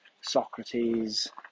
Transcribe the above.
Socrates